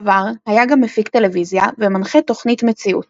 בעבר היה גם מפיק טלוויזיה ומנחה תוכנית מציאות.